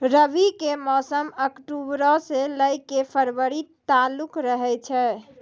रबी के मौसम अक्टूबरो से लै के फरवरी तालुक रहै छै